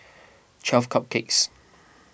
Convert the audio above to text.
twelve Cupcakes